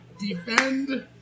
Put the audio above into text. Defend